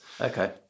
Okay